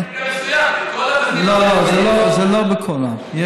זה לא מקרה מסוים, לא, לא, זה לא בכולם.